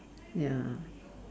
ya